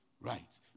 right